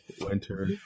Winter